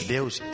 Deus